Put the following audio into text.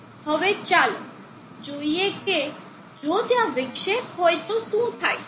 હવે ચાલો જોઈએ કે જો ત્યાં વિક્ષેપ હોય તો શું થાય છે